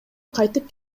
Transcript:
кайтып